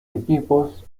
equipos